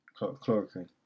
chloroquine